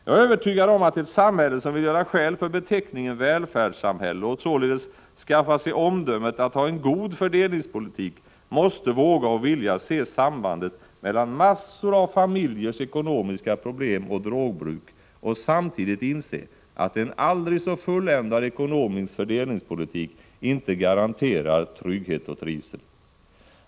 Jag är övertygad om att ett samhälle, som vill göra skäl för beteckningen välfärdssamhälle och således skaffa sig anseende för att ha en god fördelningspolitik, måste våga och vilja se sambandet mellan massor av familjers ekonomiska problem och drogbruk och samtidigt inse att en aldrig så fulländad ekonomisk fördelningspolitik inte garanterar trygghet och trivsel.